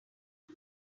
can